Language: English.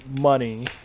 money